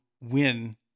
win